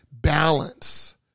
balance